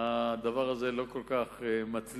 הדבר הזה לא כל כך מצליח,